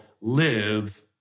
live